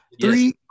Three